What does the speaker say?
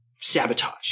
sabotage